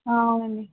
అవునండి